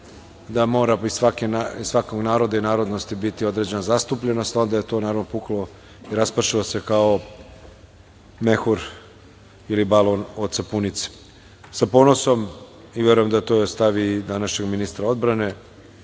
da mora od svakog naroda i narodnosti biti određena zastupljenost. Ovde je to naravno puklo i raspršilo se kao mehur ili balon od sapunice. Sa ponosom i verujem da je to stav i današnjeg ministra odbrane,